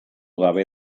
gabe